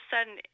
sudden